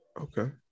okay